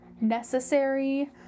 necessary